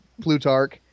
Plutarch